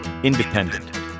Independent